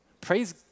Praise